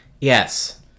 Yes